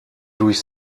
durch